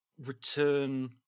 return